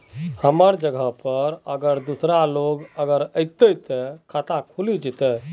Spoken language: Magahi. हमर जगह पर अगर दूसरा लोग अगर ऐते ते खाता खुल जते?